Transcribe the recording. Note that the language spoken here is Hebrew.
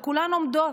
וכולן עומדות,